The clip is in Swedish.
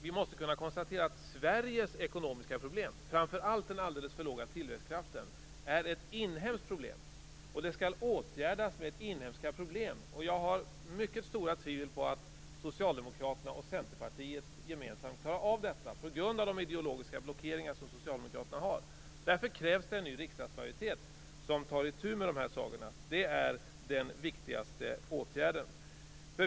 Vi kan konstatera att Sveriges ekonomiska problem, och framför allt den alldeles för låga tillväxttakten, är ett inhemskt problem, och det skall åtgärdas med inhemska åtgärder. Jag har mycket stora tvivel på att Socialdemokraterna och Centerpartiet gemensamt klarar av detta, på grund av de ideologiska blockeringar som Socialdemokraterna har. Därför krävs det en ny riksdagsmajoritet som tar itu med dessa saker. Det är den viktigaste åtgärden.